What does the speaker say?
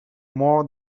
more